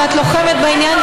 ואת לוחמת בעניין,